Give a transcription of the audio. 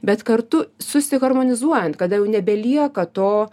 bet kartu susiharmonizuojant kada jau nebelieka to